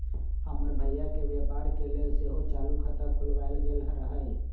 हमर भइया के व्यापार के लेल सेहो चालू खता खोलायल गेल रहइ